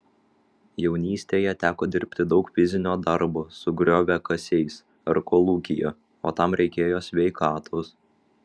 jaunystėje teko dirbti daug fizinio darbo su grioviakasiais ar kolūkyje o tam reikėjo sveikatos